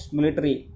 Military